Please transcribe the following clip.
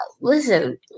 Listen